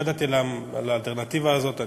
לא ידעתי על האלטרנטיבה הזאת,